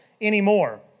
anymore